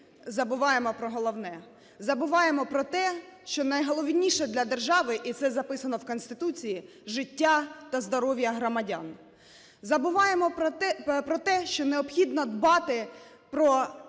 забуваємо про головне, забуваємо про те, що найголовніше для держави, і це записано в Конституції: життя та здоров'я громадян. Забуваємо про те, що необхідно дбати про